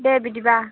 दे बिदिब्ला